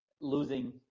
losing